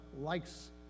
likes